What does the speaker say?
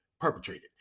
perpetrated